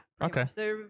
okay